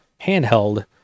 handheld